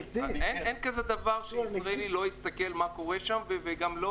אין כזה דבר שישראלי לא יסתכל מה קורה שם וגם לא